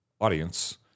audience